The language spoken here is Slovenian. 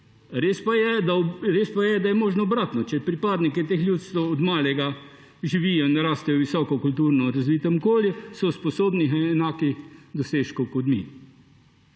Res pa je, da je možno obratno. Če pripadniki teh ljudstev od malega živijo in rastejo v visoko kulturno razvitem okolju, so sposobni enakih dosežkov kot mi.